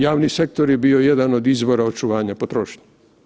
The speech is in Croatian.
Javni sektor je bio jedan od izvora očuvanja potrošnje.